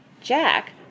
Jack